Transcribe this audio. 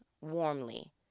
warmly